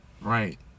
right